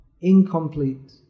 incomplete